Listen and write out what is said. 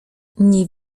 nie